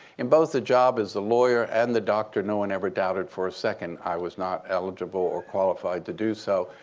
in both the job as the lawyer and the doctor, no one ever doubted for a second i was not eligible or qualified to do so.